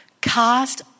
Cast